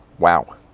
Wow